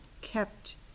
kept